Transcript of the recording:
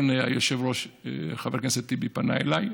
היושב-ראש, חבר הכנסת טיבי פנה אליי,